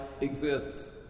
exists